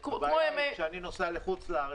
כשאני נוסע לחוץ לארץ,